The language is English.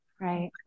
Right